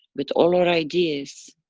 with all our ideas,